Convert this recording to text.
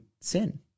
sin